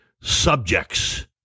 subjects